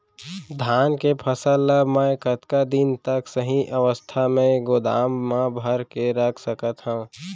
धान के फसल ला मै कतका दिन तक सही अवस्था में गोदाम मा भर के रख सकत हव?